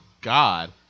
God